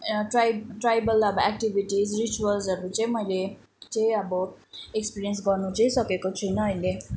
tribe tribal अब activities रिचवल्सहरू चाहिँ मैले चाहिँ अब एक्सपिरेन्स गर्नु चाहिँ अब सकेको छुइनँ अहिले